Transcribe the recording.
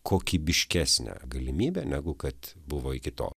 kokybiškesnę galimybę negu kad buvo iki to